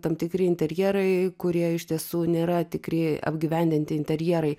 tam tikri interjerai kurie iš tiesų nėra tikri apgyvendinti interjerai